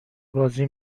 بازی